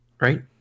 Right